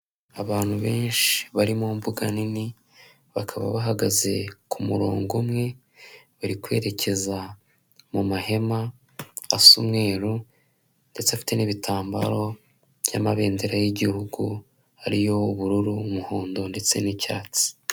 Abantu benshi bari mu mbuga nini bakaba bahagaze ku murongo umwe bari kwerekeza mu mahema asa umweru ndetse afite n'ibitambaro by'amabendera y'igihugu ariyo ubururu, umuhondo ndetse n'icyatsi.